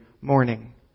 morning